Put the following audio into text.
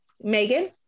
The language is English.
Megan